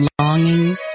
longing